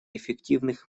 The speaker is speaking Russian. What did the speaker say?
эффективных